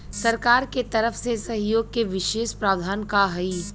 सरकार के तरफ से सहयोग के विशेष प्रावधान का हई?